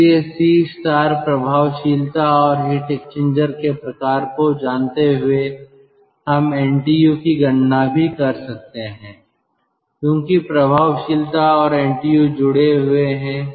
इसलिए C प्रभावशीलता और हीट एक्सचेंजर के प्रकार को जानते हुए हम NTU की गणना भी कर सकते हैं क्योंकि प्रभावशीलता और NTU जुड़े हुए हैं